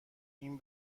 این